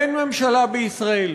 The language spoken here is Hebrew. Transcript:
אין ממשלה בישראל.